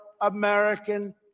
American